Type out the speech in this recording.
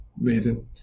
amazing